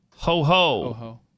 Ho-ho